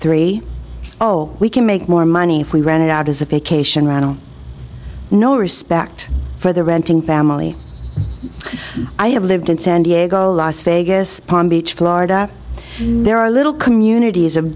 three zero we can make more money if we ran it out as a vacation rental no respect for the renting family i have lived in san diego las vegas palm beach florida there are little communities of